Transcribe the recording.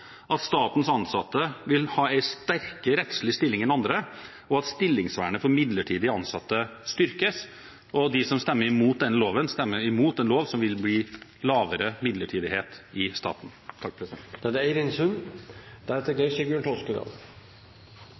Statens ansatte vil ha en sterkere rettslig stilling enn andre, og stillingsvernet for midlertidige ansatte styrkes. De som stemmer imot denne loven, stemmer imot en lov som gjør at det vil bli mindre midlertidighet i staten.